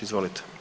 Izvolite.